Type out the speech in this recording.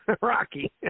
Rocky